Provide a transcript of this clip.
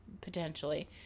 potentially